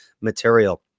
material